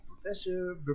Professor